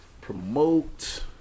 promote